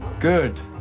Good